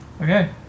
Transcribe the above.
Okay